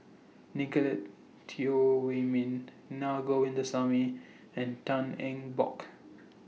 Nicolette Teo Wei Min Na Govindasamy and Tan Eng Bock